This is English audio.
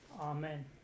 Amen